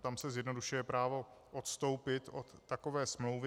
Tam se zjednodušuje právo odstoupit od takové smlouvy.